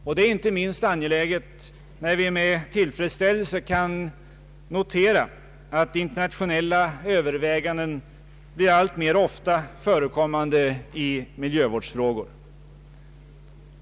Detta är inte minst angeläget när vi med tillfredsställelse kan notera att internationella överväganden blir allt vanligare i miljövårdsfrågor.